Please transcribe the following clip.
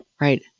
Right